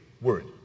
Word